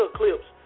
clips